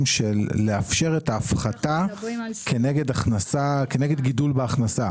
של לאפשר את ההפחתה כנגד גידול בהכנסה.